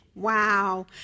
Wow